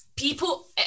people